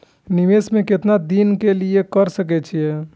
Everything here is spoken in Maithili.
निवेश में केतना दिन के लिए कर सके छीय?